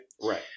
Right